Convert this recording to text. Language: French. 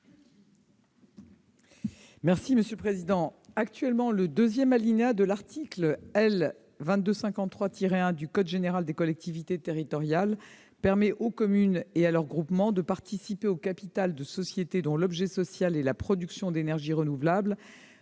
est à Mme la ministre. Actuellement, le deuxième alinéa de l'article L. 2253-1 du code général des collectivités territoriales permet aux communes et à leurs groupements de participer au capital de sociétés « dont l'objet social est la production d'énergies renouvelables